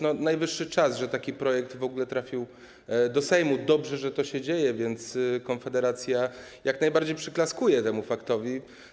Najwyższy czas, żeby taki projekt w ogóle trafił do Sejmu, dobrze, że to się dzieje, więc Konfederacja jak najbardziej przyklaskuje temu faktowi.